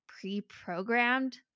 pre-programmed